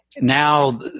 Now